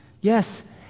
Yes